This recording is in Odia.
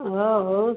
ଓ ହଉ